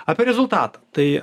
apie rezultatą tai